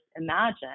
imagine